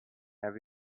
have